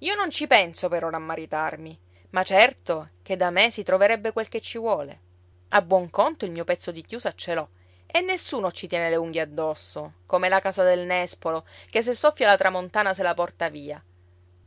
io non ci penso per ora a maritarmi ma certo che da me si troverebbe quel che ci vuole a buon conto il mio pezzo di chiusa ce l'ho e nessuno ci tiene le unghie addosso come la casa del nespolo che se soffia la tramontana se la porta via